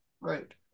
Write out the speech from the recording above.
Right